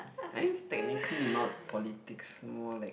I'm technically not politics more like